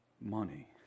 money